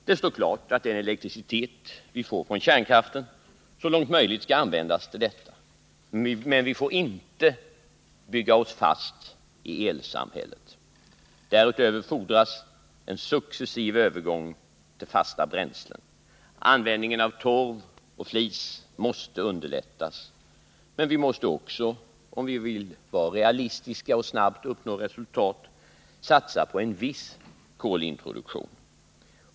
Det står klart att den elektricitet vi får från kärnkraften så långt möjligt skall användas till detta. Men vi får inte bygga fast oss i elsamhället. Därutöver fordras en successiv övergång till fasta bränslen. Användningen av torv och flis måste underlättas, men vi måste också — om vi vill vara realistiska och snabbt uppnå resultat — satsa på en viss kolintroduktion.